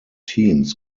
teams